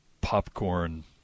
popcorn